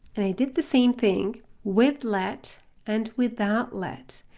and i did the same thing with let and without let,